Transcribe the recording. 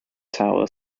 tower